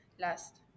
last